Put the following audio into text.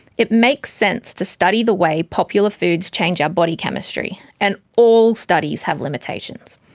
it makes sense to study the way popular foods change our body chemistry, and all studies have limitations.